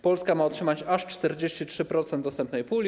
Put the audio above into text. Polska ma otrzymać aż 43% dostępnej puli.